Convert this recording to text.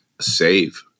save